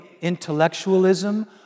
intellectualism